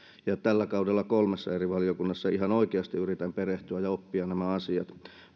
ja tällä kaudella kolmessa eri valiokunnassa ihan oikeasti yritän perehtyä ja oppia nämä asiat